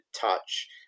touch